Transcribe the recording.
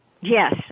Yes